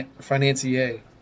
financier